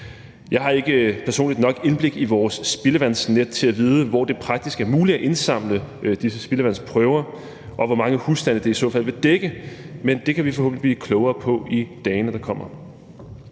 Jeg har personligt ikke nok indblik i vores spildevandsnet til at vide, hvor det praktisk er muligt at indsamle disse spildevandsprøver, og hvor mange husstande det i så fald vil dække, men det kan vi forhåbentlig blive klogere på i dagene, der kommer.